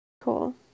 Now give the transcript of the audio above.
Cool